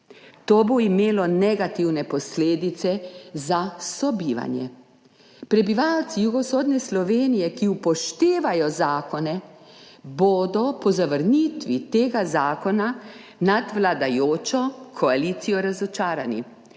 To bo imelo negativne posledice za sobivanje. Prebivalci jugovzhodne Slovenije, ki upoštevajo zakone, bodo po zavrnitvi tega zakona nad vladajočo koalicijo razočarani.